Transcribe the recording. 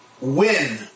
win